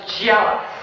jealous